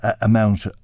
amount